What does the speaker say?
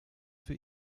für